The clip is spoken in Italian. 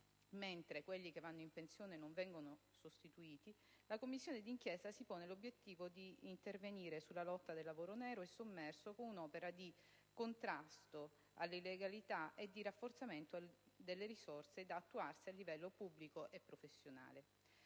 mentre quelli che vanno in pensione non vengono sostituiti - la Commissione d'inchiesta si pone l'obiettivo di intervenire sulla lotta al lavoro nero e sommerso con un'opera di contrasto all'illegalità e di rafforzamento delle risorse da attuarsi a livello pubblico e professionale.